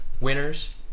winners